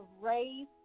raise